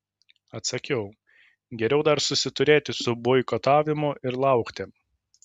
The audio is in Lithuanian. atsakiau geriau dar susiturėti su boikotavimu ir laukti